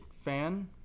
fan